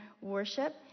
worship